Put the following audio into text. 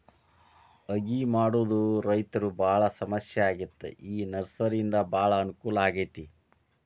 ಅಗಿ ಮಾಡುದ ರೈತರು ಬಾಳ ಸಮಸ್ಯೆ ಆಗಿತ್ತ ಈ ನರ್ಸರಿಯಿಂದ ಬಾಳ ಅನಕೂಲ ಆಗೈತಿ